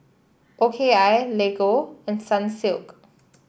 O K I Lego and Sunsilk